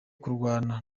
kurwana